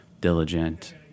diligent